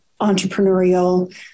entrepreneurial